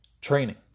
training